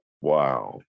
Wow